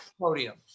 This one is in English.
podium